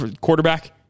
quarterback